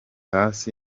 hasi